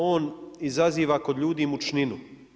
On izaziva kod ljudi mučninu.